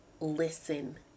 listen